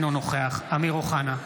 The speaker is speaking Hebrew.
אינו נוכח אמיר אוחנה,